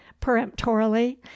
peremptorily